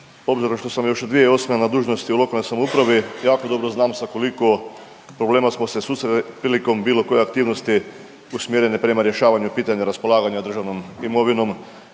obzirom što sam još od 2008. na dužnosti u lokalnoj samoupravi jako dobro znam sa koliko problema smo se susreli prilikom bilo koje aktivnosti usmjerene prema rješavanju pitanja raspolaganja državnom imovinom,